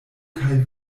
kaj